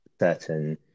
certain